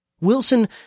Wilson